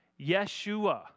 Yeshua